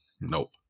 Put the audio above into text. Nope